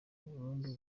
burundu